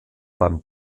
beim